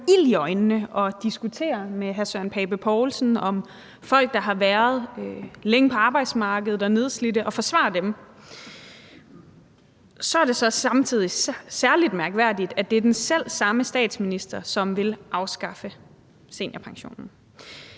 ild i øjnene og diskutere med hr. Søren Pape Poulsen om folk, der har været længe på arbejdsmarkedet og er nedslidte, og forsvare dem. Så er det samtidig særlig mærkværdigt, at det er den selv samme statsminister, som vil afskaffe seniorpensionen.